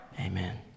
amen